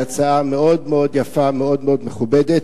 היא הצעה מאוד מאוד יפה ומאוד מאוד מכובדת.